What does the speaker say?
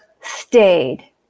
stayed